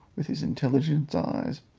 with his intelligent eyes,